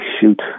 shoot